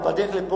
כבר בדרך לפה,